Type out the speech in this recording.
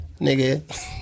nigga